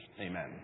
Amen